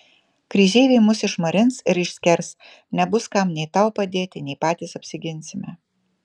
kryžeiviai mus išmarins ir išskers nebus kam nei tau padėti nei patys apsiginsime